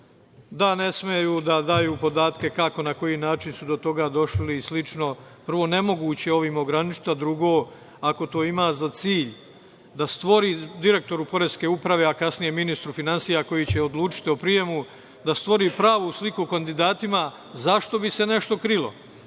da ne smeju da daju podatke kako na koji način su do toga došli i slično. Prvo, nemoguće je ovim ograničiti, a drugo, ako to ima za cilj da stvori direktoru poreske uprave, a kasnije ministru finansija koji će odlučiti o prijemu, da stvori pravu sliku o kandidatima, zašto bi se nešto krilo.